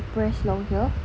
you press allow here